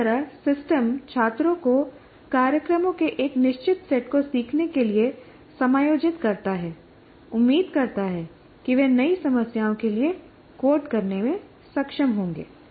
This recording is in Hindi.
किसी तरह सिस्टम छात्रों को कार्यक्रमों के एक निश्चित सेट को सीखने के लिए समायोजित करता है उम्मीद करता है कि वे नई समस्याओं के लिए कोड करने में सक्षम होंगे